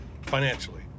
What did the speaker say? financially